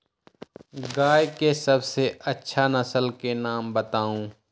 गाय के सबसे अच्छा नसल के नाम बताऊ?